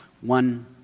One